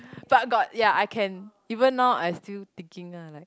but got ya I can even now I still thinking ah like